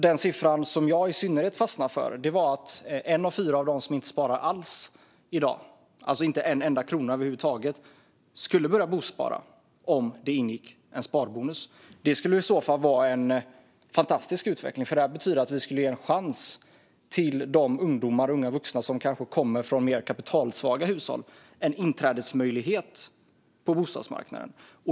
Den siffra som jag i synnerhet fastnade för var att en av fyra av dem som inte sparar en enda krona alls i dag skulle börja bospara om det ingick en sparbonus. Det skulle i så fall vara en fantastisk utveckling, för det betyder att vi skulle ge en inträdesmöjlighet till bostadsmarknaden till de ungdomar och unga vuxna som kanske kommer från mer kapitalsvaga hushåll.